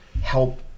help